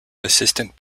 assistant